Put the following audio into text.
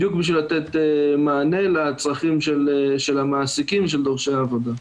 בדיוק בשביל לתת מענה לצרכים של המעסיקים ושל דורשי העבודה.